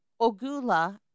Ogula